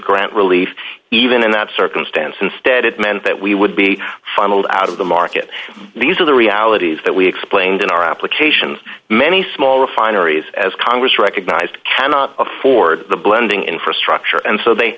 grant relief even in that circumstance instead it meant that we would be funneled out of the market these are the realities that we explained in our applications many small refineries as congress recognized cannot afford the blending infrastructure and so they